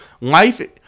Life